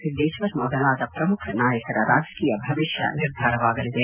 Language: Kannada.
ಸಿದ್ದೇಶ್ವರ್ ಮೊದಲಾದ ಪ್ರಮುಖ ನಾಯಕರ ರಾಜಕೀಯ ಭವಿಷ್ಯ ನಿರ್ಧಾರವಾಗಲಿದೆ